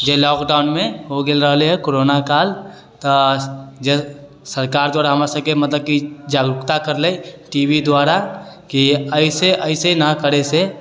जे लॉकडाउनमे हो गेल रहली कोरोनाकाल तऽ जे सरकार द्वारा हमरा सबके मतलब कि जागरूकता करले टी वी द्वारा कि अइसे अइसे नहि करैसँ